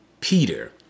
Peter